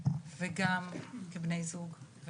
גם כבני זוג,